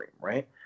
right